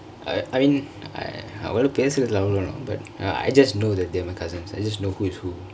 I I mean I I அவங்களொட பேசுரதில்ல அவலொ தூரம் :avangkaloda pesurathilla avalo thooram but uh I just know that they are my cousins I just know who is who